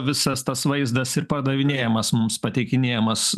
visas tas vaizdas ir padavinėjamas mums pateikinėjamas